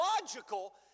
logical